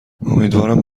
امیدوارم